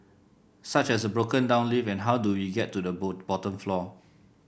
such as a broken down lift and how do we get to the bottom floor